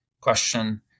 question